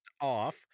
off